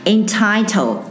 Entitle